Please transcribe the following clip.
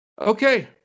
Okay